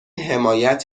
حمایت